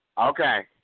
Okay